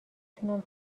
تونم